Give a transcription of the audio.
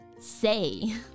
say